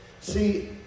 See